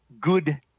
good